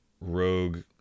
rogue